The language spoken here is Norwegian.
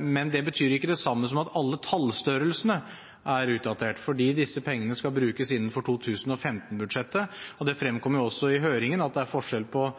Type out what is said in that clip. Men det betyr ikke det samme som at alle tallstørrelsene er utdatert, fordi disse pengene skal brukes innenfor 2015-budsjettet, og det fremkom også i høringen at det er forskjell på